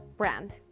brand.